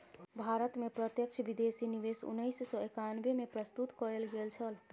भारत में प्रत्यक्ष विदेशी निवेश उन्नैस सौ एकानबे में प्रस्तुत कयल गेल छल